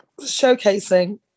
showcasing